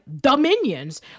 Dominions